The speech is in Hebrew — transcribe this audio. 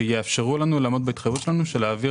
שיאפשרו לנו לעמוד בהתחייבות שלנו של להעביר